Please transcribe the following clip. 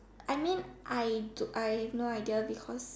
I mean I do I have no idea because